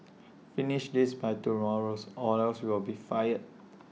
finish this by tomorrow or else you'll be fired